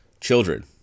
children